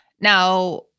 Now